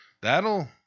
That'll